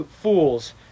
fools